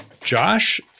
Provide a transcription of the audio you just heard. Josh